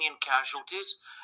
casualties